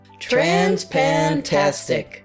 Transpantastic